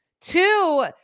Two